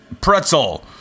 pretzel